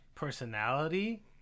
personality